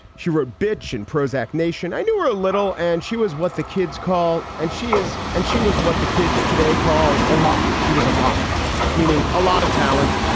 she wrote bitch and prozac nation. i knew her a little and she was what the kids call. and she is. and she was what the kids today call a lot. she was a lot meaning a lot of talent,